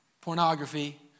pornography